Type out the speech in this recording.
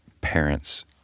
parents